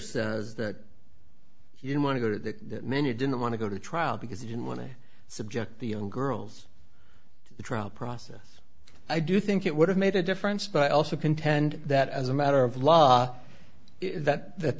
says that you want to go to the man you didn't want to go to trial because you don't want to subject the young girls the trial process i do think it would have made a difference but i also contend that as a matter of law that that